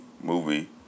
movie